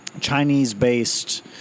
Chinese-based